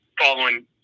Following